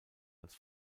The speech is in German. als